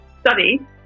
study